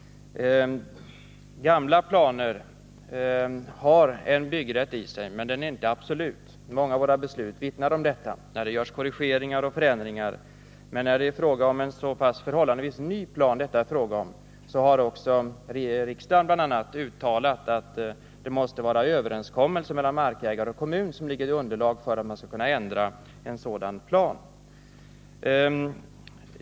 Gamla planer har en byggrätt i sig, men den är inte absolut. Många av våra beslut vittnar om detta när det görs korrigeringar och förändringar. Men för den förhållandevis nya plan som det nu är fråga om har riksdagen bl.a. uttalat att det måste finnas en överenskommelse mellan markägare och kommun som underlag för att det skall vara möjligt att ändra den.